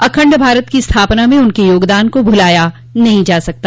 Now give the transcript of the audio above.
अखंड भारत की स्थापना में उनके योगदान को भूलाया नहीं जा सकता